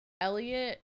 Elliot